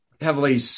heavily